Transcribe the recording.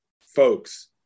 folks